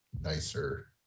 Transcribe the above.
nicer